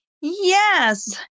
Yes